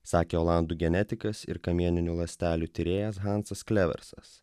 sakė olandų genetikas ir kamieninių ląstelių tyrėjas hansas kleversas